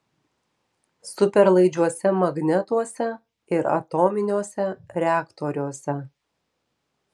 superlaidžiuose magnetuose ir atominiuose reaktoriuose